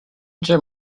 jim